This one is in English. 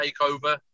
takeover